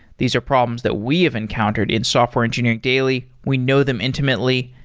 these are problems that we have encountered in software engineering daily. we know them intimately,